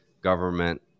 government